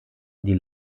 die